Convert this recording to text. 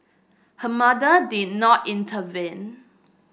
her mother did not intervene